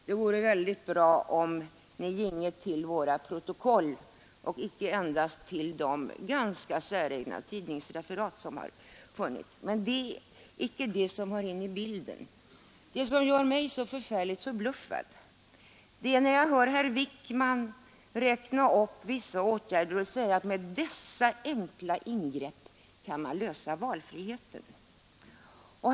Det vore väldigt bra om ni gick till våra protokoll och inte endast till de ganska säregna tidningsreferat som har förekommit. Men det är inte detta som hör till bilden. Det som gör mig så förfärligt förbluffad är att herr Wijkman räknar upp vissa åtgärder och säger att med dessa enkla ingrepp kan man lösa problemet med valfriheten.